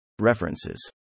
References